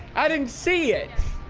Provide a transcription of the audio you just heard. i didn't see it.